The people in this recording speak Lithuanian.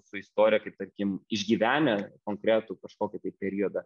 su istorija kaip tarkim išgyvenę konkretų kažkokį periodą